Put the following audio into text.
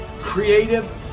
creative